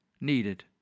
needed